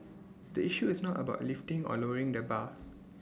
the issue is not about lifting or lowering the bar